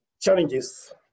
challenges